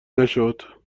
نشد